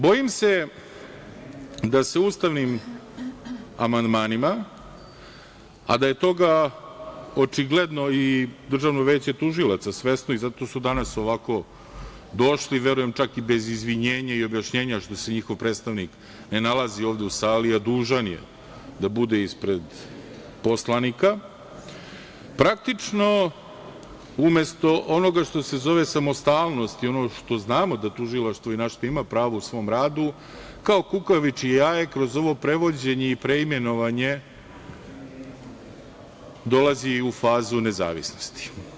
Bojim se, da se ustavnim amandmanima, a da je toga i očigledno DVT svesno i zato su ovako danas došli i verujem čak i bez izvinjenja i objašnjenja što se njihov predstavnik ne nalazi ovde u sali, a dužan je da bude ispred poslanika, praktično, umesto onoga što se zove samostalnost i ono što znamo da tužilaštvo i na šta ima pravo u svom radu, kao kukavičje jaje kroz ovo prevođenje i preimenovanje, dolazi u fazu nezavisnosti.